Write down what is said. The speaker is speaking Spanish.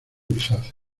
grisáceo